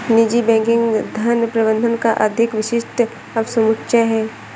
निजी बैंकिंग धन प्रबंधन का अधिक विशिष्ट उपसमुच्चय है